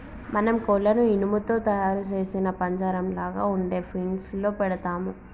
మనం కోళ్లను ఇనుము తో తయారు సేసిన పంజరంలాగ ఉండే ఫీన్స్ లో పెడతాము